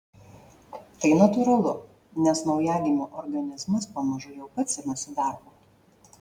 tai natūralu nes naujagimio organizmas pamažu jau pats imasi darbo